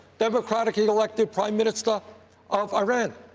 democratically-elected prime minister of iran.